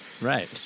Right